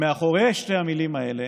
מאחורי שתי המילים האלה